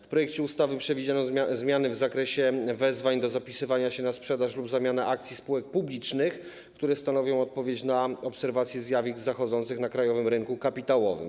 W projekcie ustawy przewidziano zmiany w zakresie wezwań do zapisywania się na sprzedaż lub zamianę akcji spółek publicznych, które stanowią odpowiedź na obserwację zjawisk zachodzących na krajowym rynku kapitałowym.